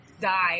die